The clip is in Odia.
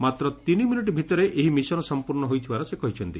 ମାତ୍ର ତିନିମିନିଟ୍ ଭିତରେ ଏହି ମିଶନ୍ ସଂପ୍ରର୍ଷ୍ଡ ହୋଇଥିବାର ସେ କହିଛନ୍ତି